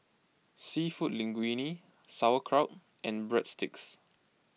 Seafood Linguine Sauerkraut and Breadsticks